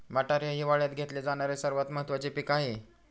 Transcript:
मटार हे हिवाळयात घेतले जाणारे सर्वात महत्त्वाचे पीक आहे